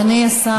אדוני השר,